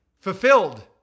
fulfilled